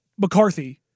McCarthy